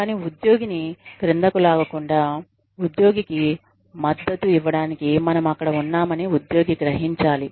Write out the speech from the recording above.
కానీ ఉద్యోగిని క్రిందికి లాగకుండా ఉద్యోగికి మద్దతు ఇవ్వడానికి మనం అక్కడ ఉన్నామని ఉద్యోగి గ్రహించాలి